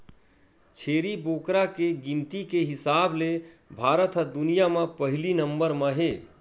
छेरी बोकरा के गिनती के हिसाब ले भारत ह दुनिया म पहिली नंबर म हे